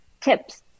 tips